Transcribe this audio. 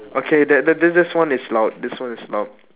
okay that that this one is loud this one is loud